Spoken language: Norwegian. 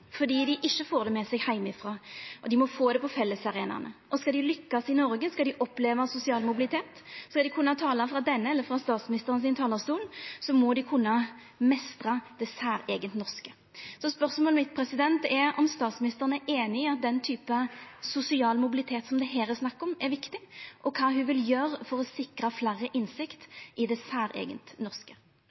fordi dei ikkje får det med seg heimanfrå. Dei må få det på fellesarenaene. Skal dei lykkast i Noreg, skal dei oppleva sosial mobilitet, skal dei kunna tala frå denne eller frå statsministeren sin talarstol, må dei kunna meistra det særeige norske. Spørsmålet mitt er om statsministeren er einig i at den typen sosial mobilitet som det her er snakk om, er viktig, og kva ho vil gjera for å sikra fleire innsikt i det særeige norske.